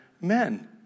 men